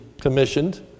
commissioned